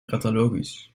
catalogus